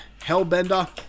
Hellbender